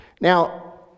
Now